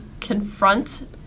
confront